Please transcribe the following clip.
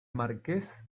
marqués